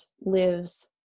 lives